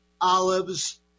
olives